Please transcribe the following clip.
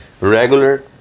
regular